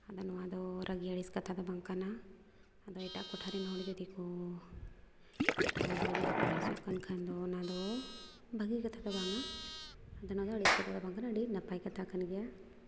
ᱟᱫᱚ ᱱᱚᱣᱟ ᱫᱚ ᱨᱟᱹᱜᱤ ᱟᱹᱲᱤᱥ ᱠᱟᱛᱷᱟ ᱫᱚ ᱵᱟᱝ ᱠᱟᱱᱟ ᱟᱫᱚ ᱮᱴᱟᱜ ᱴᱚᱴᱷᱟᱨᱮᱱ ᱦᱚᱲ ᱡᱩᱫᱤ ᱠᱚ ᱴᱚᱴᱷᱟᱨᱮᱱ ᱦᱚᱲ ᱡᱩᱫᱤ ᱠᱚ ᱟᱹᱲᱤᱥᱚᱜ ᱠᱟᱱ ᱠᱷᱟᱱ ᱫᱚ ᱚᱱᱟ ᱫᱚ ᱵᱷᱟᱹᱜᱤ ᱠᱟᱛᱷᱟ ᱫᱚ ᱵᱟᱝᱼᱟ ᱟᱫᱚ ᱱᱚᱣᱟ ᱫᱚ ᱟᱹᱲᱤᱥ ᱠᱟᱛᱷᱟ ᱫᱚ ᱵᱟᱝ ᱠᱟᱱᱟ ᱟᱹᱰᱤ ᱱᱟᱯᱟᱭ ᱠᱟᱛᱷᱟ ᱠᱟᱱ ᱜᱮᱭᱟ